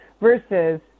Versus